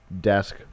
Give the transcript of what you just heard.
desk